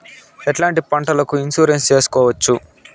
ఎట్లాంటి పంటలకు ఇన్సూరెన్సు చేసుకోవచ్చు?